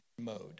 mode